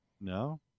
No